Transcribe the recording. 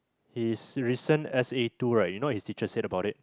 his recent S_A Two right you know what his teacher said about it